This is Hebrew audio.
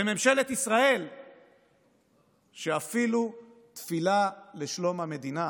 בממשלת ישראל שאפילו תפילה לשלום המדינה